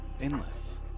endless